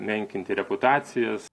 menkinti reputacijas